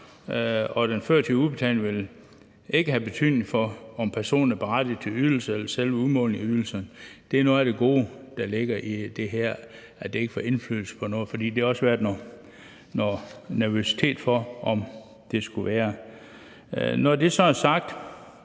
og den førtidige udbetaling vil ikke have betydning for, om personen er berettiget til ydelse eller for selve udmålingen af ydelsen. Det er noget af det gode, der ligger i det her, altså at det ikke får indflydelse på det. For der har også været noget nervøsitet, i forhold til om det skulle være sådan. Når det så er sagt,